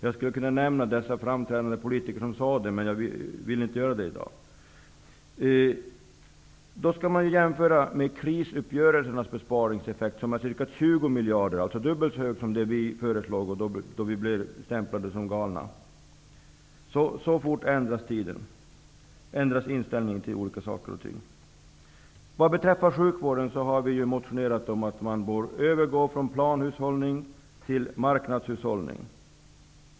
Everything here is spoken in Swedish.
Jag skall inte nämna vilka framträdande politiker som gjorde det. Man kan jämföra med spareffekten av krisuppgörelserna, som var ca 20 miljarder. Det var dubbelt så mycket som vi föreslog när vi blev stämplade som galna. Så fort ändras inställningen till saker och ting. Vad beträffar sjukvården har vi motionerat om att det bör ske en övergång från planhushållning till marknadshushållning.